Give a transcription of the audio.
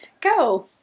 Go